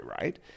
right